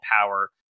power